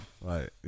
Right